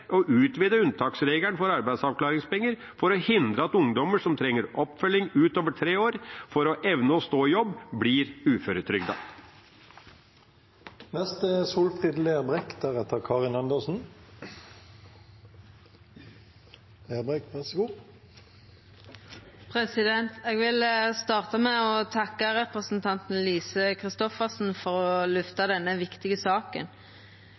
å utvide unntaksregelen for arbeidsavklaringer for å hindre at ungdommer som trenger oppfølging utover tre år for å evne å stå i jobb, blir uføretrygdet. Eg vil starta med å takka representanten Lise Christoffersen for å løfta denne viktige saka.